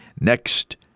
next